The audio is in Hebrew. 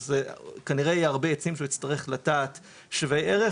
אז כנראה יהיו הרבה עצים שהצטרך לטעת שווי ערך,